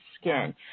skin